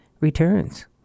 returns